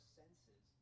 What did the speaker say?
senses